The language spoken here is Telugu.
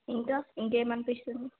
ఇంకా ఇంకా ఏమి అనిపిస్తుంది